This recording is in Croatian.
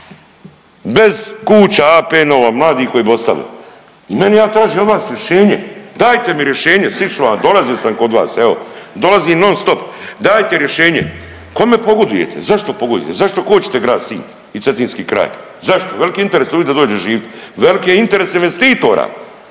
Bez kuća APN-ova mladi koji bi ostalih i meni ja tražim od vas rješenje. Dajte mi rješenje … dolazio sam kod vas evo dolazim non stop, dajte rješenje. Kome pogodujete? Zašto pogodujete, zašto kočite grad Sinj i Cetinski kraj, zašto? Veliki interes ljudi da dođu živit, velik je interes investitora.